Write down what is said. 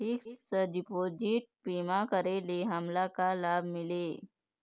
Fix deposit बीमा करे ले हमनला का लाभ मिलेल?